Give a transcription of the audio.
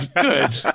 good